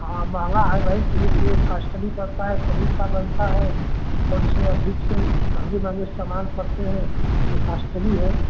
हाँ महंगा है भाई यह यह कॉश्टली पड़ता है पनीर का बनता है और इसमें अधिक से महंगे महंगे सामान पढ़ते हैं यह कास्टली है